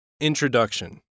Introduction